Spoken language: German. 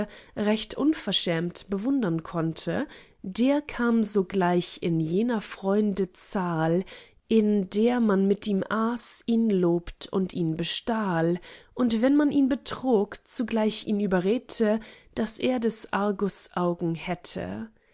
recht unverschämt bewundern konnte der kam sogleich in jener freunde zahl in der man mit ihm aß ihn lobt und ihn bestahl und wenn man ihn betrog zugleich in überredte daß er des argus augen hätte